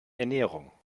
ernährung